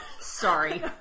Sorry